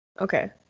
Okay